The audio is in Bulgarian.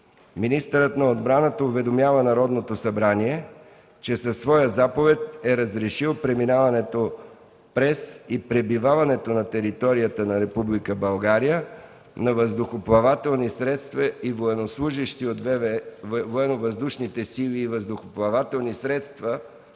министърът на отбраната уведомява Народното събрание, че със своя заповед е разрешил преминаването през и пребиваването на територията на Република България на въздухоплавателни средства и военнослужещи от военновъздушните сили и въздухоплавателни средства